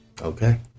okay